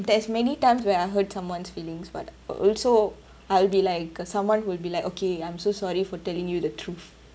there is many times where I hurt someone's feelings but also I'll be like someone will be like okay I'm so sorry for telling you the truth